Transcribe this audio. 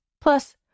Plus